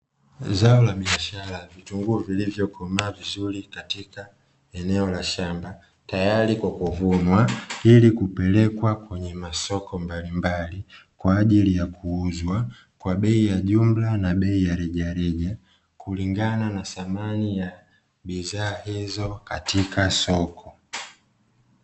Zao la biashara vitunguu vilivyokomaa vizuri katika eneo la shamba tayari kwa kuvunwa ili kupelekwa kwenye masoko mbalimbali kwajili ya kuuzwa kwa bei ya jumla na bei ya rejareja kulingana na thamani ya bidhaa hizo katika soko.